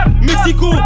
Mexico